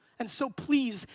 and so, please,